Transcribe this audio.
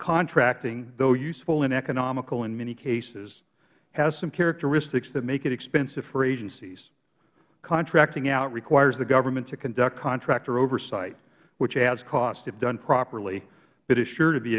contracting though useful and economical in many cases has some characteristics that make it expensive for agencies contracting out requires the government to conduct contractor oversight which adds costs if done properly but is sure to be